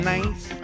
Nice